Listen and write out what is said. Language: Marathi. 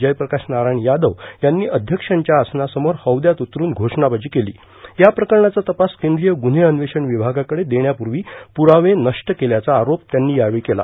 जयप्रकाश नारायण यादव यांनी अव्यक्षांच्या आसनासमोर हौयात उतरून घोषणावाजी केली या प्रकरणाचा तपास केंदीय गुन्हे अन्वेषण विमागाकडे देण्यापूर्वी पुरावे नष्ट केल्याचा आरोप यांनी केला